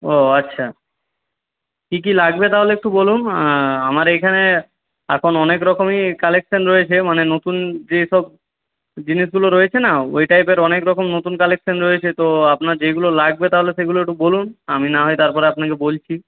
ও আচ্ছা কী কী লাগবে তাহলে একটু বলুন আমার এইখানে এখন অনেকরকমই কালেকশান রয়েছে মানে নতুন যে সব জিনিসগুলো রয়েছে না ওই টাইপের অনেকরকম নতুন কালেকশান রয়েছে তো আপনার যেইগুলো লাগবে তাহলে সেইগুলো একটু বলুন আমি না হয় তারপরে আপনাকে বলছি